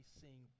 sing